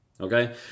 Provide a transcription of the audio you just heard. okay